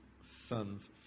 son's